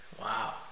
Wow